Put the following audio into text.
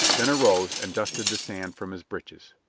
then arose and dusted the sand from his breeches.